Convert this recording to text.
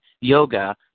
yoga